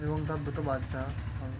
এবং তার দুটো বাচ্চা